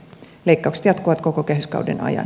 leikkaukset jatkuvat koko kehyskauden ajan